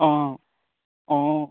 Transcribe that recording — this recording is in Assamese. অঁ অঁ